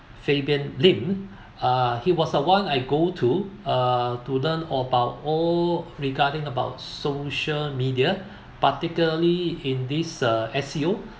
fabian Lim uh he was the one I go to uh to learn about all regarding about social media particularly in this uh S_U